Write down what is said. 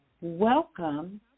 welcome